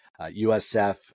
USF